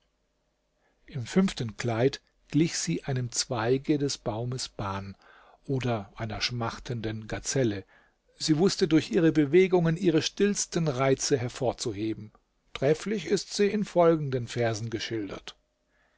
im fünften kleid glich sie einem zweige des baumes ban oder einer schmachtenden gazelle sie wußte durch ihre bewegungen ihre stillsten reize hervorzuheben trefflich ist sie in folgenden versen geschildert